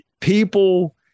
people